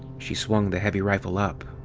she swung the heavy rifle up.